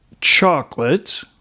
chocolate